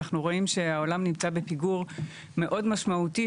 אנחנו רואים שהעולם נמצא בפיגור מאוד משמעותי